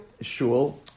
Shul